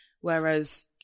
whereas